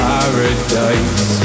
Paradise